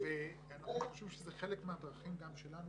אנחנו חושבים שזה חלק מהדרכים שלנו